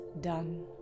done